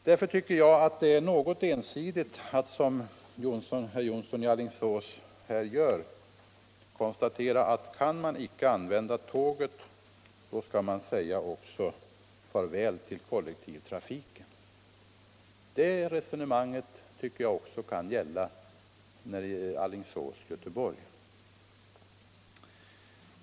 Därför tycker jag att det är något ensidigt att göra som herr Jonsson i Alingsås, nämligen konstatera att om man icke kan använda tåget skall man också säga farväl till kollektivtrafiken. Det resonemanget tycker jag också kan gälla problemet med järnvägstrafiken Alingsås-Göteborg.